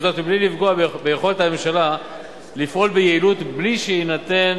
בלי לפגוע ביכולת הממשלה לפעול ביעילות ובלי שניתן